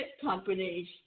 companies